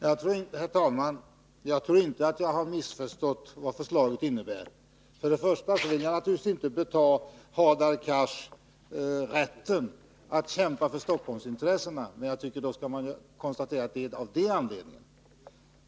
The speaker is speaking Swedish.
Herr talman! Jag tror inte att jag har missförstått vad förslaget innebär. Jag vill naturligtvis inte förta Hadar Cars rätten att kämpa för Stockholmsintressena, men jag tycker att man då skall konstatera att det är just de intressena som ligger bakom ställningstagandena.